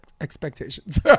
expectations